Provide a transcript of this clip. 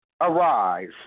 arise